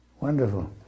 Wonderful